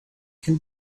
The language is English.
can